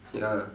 ya